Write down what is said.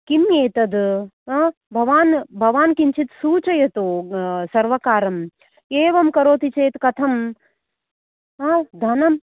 किम् एतद् भवान् भवान् किञ्चित् सूचयतु सर्वकारं एवं करोति चेत् कथम् धनम्